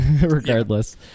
regardless